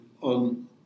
on